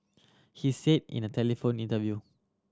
he said in a telephone interview